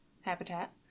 habitat